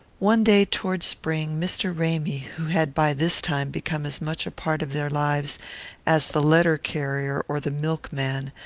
one day toward spring mr. ramy, who had by this time become as much a part of their lives as the letter-carrier or the milkman,